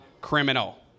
criminal